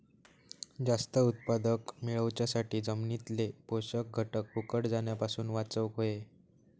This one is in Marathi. जास्त उत्पादन मेळवच्यासाठी जमिनीतले पोषक घटक फुकट जाण्यापासून वाचवक होये